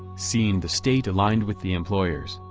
seeing the state aligned with the employers,